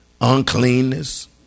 uncleanness